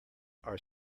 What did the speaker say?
are